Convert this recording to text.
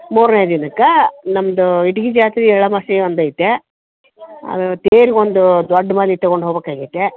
ಮೂರನೇ ದಿನಕ್ಕೆ ನಮ್ಮದು ಇಟಗಿ ಜಾತ್ರೆ ಎಳ್ಳಮಾವಾಸೆ ಒಂದೈತೆ ಅದು ತೇರಿಗೊಂದು ದೊಡ್ಡ ಮಾಲೆ ತಗೊಂಡು ಹೋಬೇಕಾಗೈತೆ